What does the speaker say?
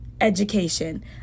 education